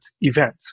event